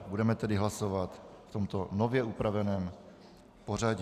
Budeme tedy hlasovat v tomto nově upraveném pořadí.